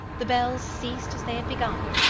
the bells ceased as they had begun,